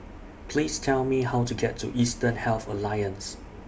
Please Tell Me How to get to Eastern Health Alliance